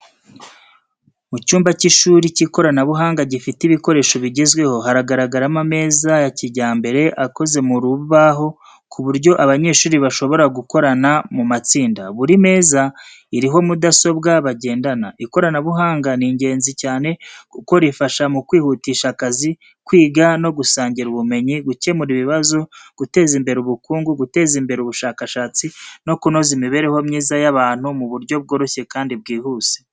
Mu cyumba cy’ishuri cy’ikoranabuhanga gifite ibikoresho bigezweho. Haragaragaramo ameza ya kijyambere akoze mu rubaho, ku buryo abanyeshuri bashobora gukorana mu matsinda. Buri meza iriho mudasobwa bagendana. Ikoranabuhanga ni ingenzi cyane kuko rifasha mu kwihutisha akazi, kwiga no gusangira ubumenyi, gukemura ibibazo, guteza imbere ubukungu, guteza imbere ubushakashatsi, no kunoza imibereho myiza y’abantu mu buryo bworoshye kandi bwihuse.